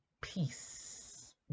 peace